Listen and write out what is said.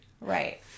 Right